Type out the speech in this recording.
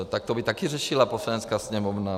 Tak to by taky řešila Poslanecká sněmovna?